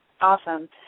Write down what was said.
Awesome